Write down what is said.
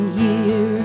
year